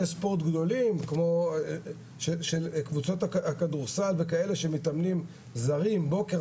ספורט גדולים שהם בדרך-כלל של קבוצות הכדורסל וכאלה שמתאמנים זרים בוקר,